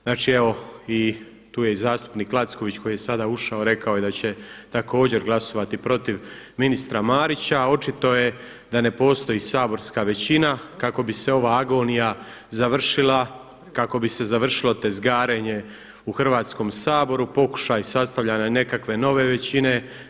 Znači evo tu je i zastupnik Lacković koji je sada ušao rekao je da će također glasovati protiv ministra Marića, a očito je da ne postoji saborska većina kako bi se ova agonija završila, kako bi se završilo tezgarenje u Hrvatskom saboru, pokušaj sastavljanja nekakve nove većine.